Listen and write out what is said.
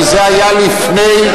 כי זה היה לפני המהפכה.